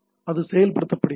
அது செயல்படுத்தப்படுகிறது